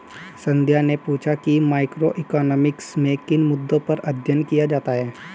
संध्या ने पूछा कि मैक्रोइकॉनॉमिक्स में किन मुद्दों पर अध्ययन किया जाता है